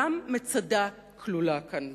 גם מצדה כלולה כאן בעסקה.